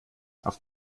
auf